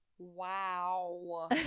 Wow